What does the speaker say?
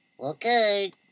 Okay